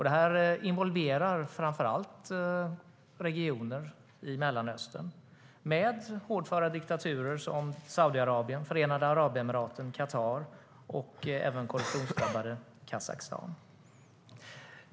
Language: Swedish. Det här involverar framför allt regioner i Mellanöstern, med hårdföra diktaturer som Saudiarabien, Förenade Arabemiraten, Qatar och det korruptionsdrabbade Kazakstan.